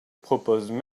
proposent